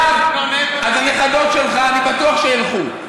נהדר, אז הנכדות שלך אני בטוח שילכו.